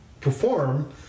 perform